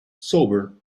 sober